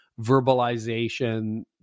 verbalization